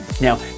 Now